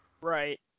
right